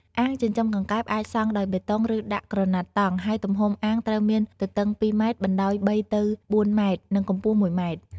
អាងចិញ្ចឹមកង្កែបអាចសង់ដោយបេតុង ឬដាក់ក្រណាត់តង់ ហើយទំហំអាងត្រូវមានទទឹង ២ ម៉ែត្រ បណ្ដោយ ៣ ទៅ ៤ ម៉ែត្រ និងកម្ពស់ ១ ម៉ែត្រ។